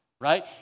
right